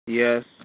Yes